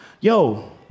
Yo